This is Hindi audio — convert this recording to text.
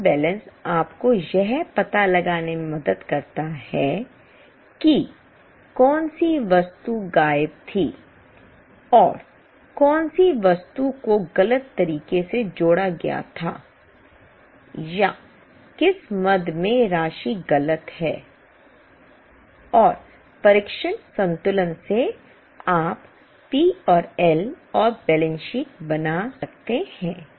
ट्रायल बैलेंस आपको यह पता लगाने में मदद करता है कि कौन सी वस्तु गायब थी और कौन सी वस्तु को गलत तरीके से जोड़ा गया था या किस मद में राशि गलत है और परीक्षण संतुलन से आप पी और एल और बैलेंस शीट बना सकते हैं